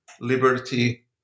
liberty